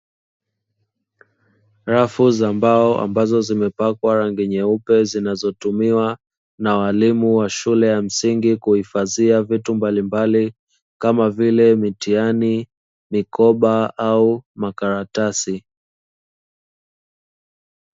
Rafu za mbao ambazo zimepakwa rangi nyeupe zinazotumiwa na walimu wa shule ya msingi kuhifadhia vitu mbalimbali, kama vile mitihani, mikoba au makaratasi.